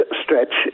stretch